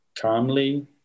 calmly